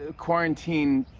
ah quarantine